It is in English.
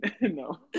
no